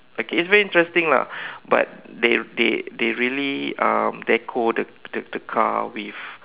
okay is very interesting lah but they they they really um deco the the the car with